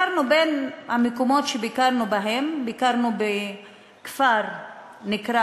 בין המקומות שבהם ביקרנו היו כפר שנקרא